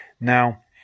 Now